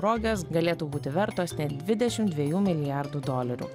rogės galėtų būti vertos net dvidešimt dviejų milijardų dolerių